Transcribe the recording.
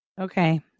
Okay